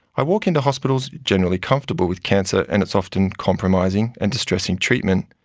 i walk into hospitals generally comfortable with cancer and its often compromising and distressing treatment,